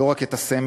לא רק את הסמל,